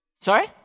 Sorry